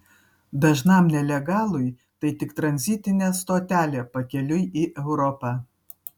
dažnam nelegalui tai tik tranzitinė stotelė pakeliui į europą